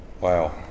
Wow